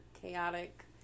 chaotic